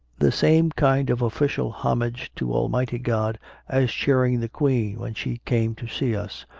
the same kind of official homage to almighty god as cheering the queen when she came to see us,